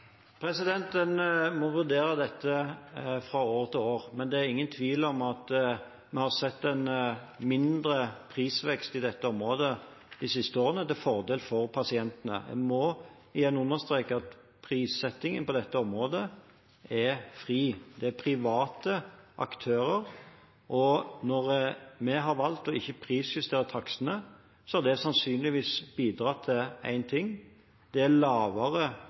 En må vurdere dette fra år til år, men det er ingen tvil om at vi har sett en mindre prisvekst på dette området de siste årene til fordel for pasientene. En må igjen understreke at prissettingen på dette området er fri. Det er private aktører. Og når vi har valgt ikke å prisjustere takstene, har det sannsynligvis bidratt til én ting, at det er lavere